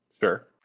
Sure